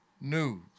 news